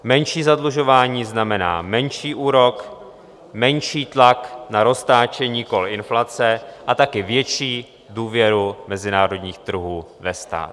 Menší zadlužování znamená menší úrok, menší tlak na roztáčení kol inflace a také větší důvěru mezinárodních trhů ve stát.